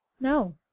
no